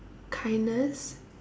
kindness